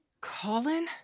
Colin